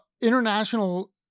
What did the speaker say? international